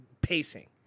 pacing